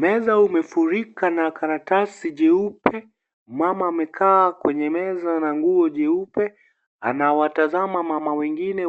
Meza imefurika na karatasi jeupe, mama amekaa kwenye meza na nguo jeupe, anawatazama mama wengine